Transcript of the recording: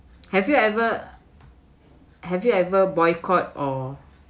have you ever have you ever boycott or